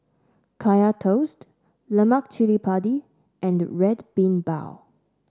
Kaya Toast Lemak Cili Padi and Red Bean Bao